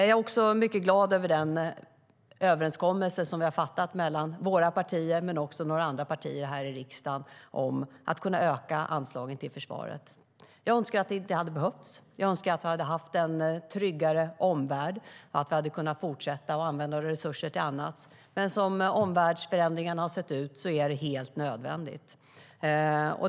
Jag är glad över den överenskommelse som våra partier, och även några andra partier i riksdagen, har fattat om att öka anslagen till försvaret. Jag önskar att det inte hade behövts. Jag önskar att vi hade haft en tryggare omvärld, att vi hade kunnat fortsätta att använda resurserna till annat. Men så som omvärldsläget förändrats är det helt nödvändigt.